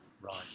Right